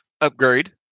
upgrade